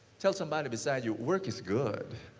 tell somebody beside you, work is good.